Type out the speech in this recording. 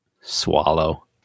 Swallow